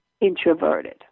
introverted